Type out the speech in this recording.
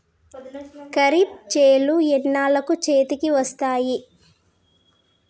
ఖరీఫ్ చేలు ఎన్నాళ్ళకు చేతికి వస్తాయి?